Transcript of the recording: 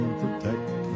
protect